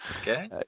Okay